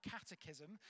Catechism